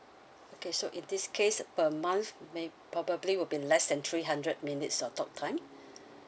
okay so in this case per month maybe probably will be less than three hundred minutes of talk time